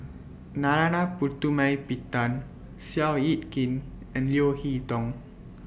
Narana Putumaippittan Seow Yit Kin and Leo Hee Tong